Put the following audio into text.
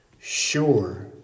sure